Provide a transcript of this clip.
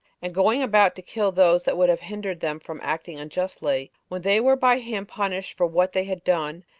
and going about to kill those that would have hindered them from acting unjustly, when they were by him punished for what they had done,